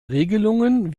regelungen